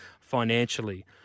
financially